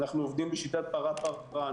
אנחנו עובדים בשיטת פרה-פרה.